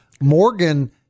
morgan